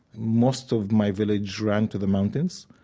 most of my village ran to the mountains.